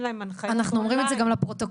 להם הנחיות -- אנחנו אומרים את זה גם לפרוטוקול,